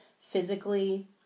physically